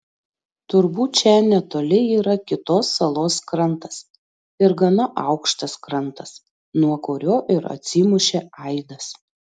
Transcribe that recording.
turbūt čia netoli yra kitos salos krantas ir gana aukštas krantas nuo kurio ir atsimušė aidas